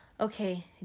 Okay